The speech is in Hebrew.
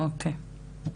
אוקי.